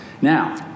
Now